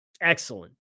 Excellent